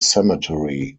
cemetery